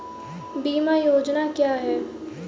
बीमा योजना क्या है?